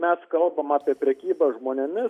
mes kalbam apie prekybą žmonėmis